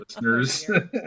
listeners